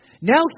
Now